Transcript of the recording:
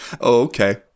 okay